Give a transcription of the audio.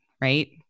right